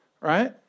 right